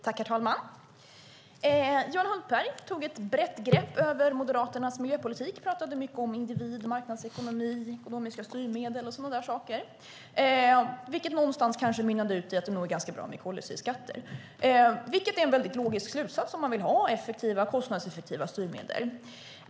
Herr talman! Johan Hultberg tog ett brett grepp över Moderaternas miljöpolitik och talade mycket om individ, marknadsekonomi, ekonomiska styrmedel och så vidare, vilket någonstans mynnade ut i att det nog är ganska bra med koldioxidskatter. Det är en logisk slutsats om man vill ha effektiva och kostnadseffektiva styrmedel.